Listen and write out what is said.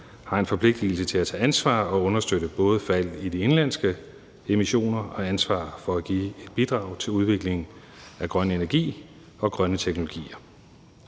har en forpligtigelse til at tage ansvar for at understøtte et fald i de indenlandske emissioner og tage ansvar for at bidrage til udviklingen af grøn energi og grønne teknologier.